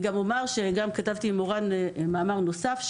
כתבתי עם מורן מאמר נוסף,